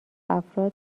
افراد